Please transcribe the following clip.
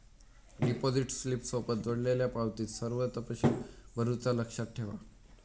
deposit स्लिपसोबत जोडलेल्यो पावतीत सर्व तपशील भरुचा लक्षात ठेवा